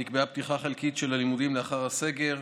נקבעה פתיחה חלקית של הלימודים לאחר הסגר.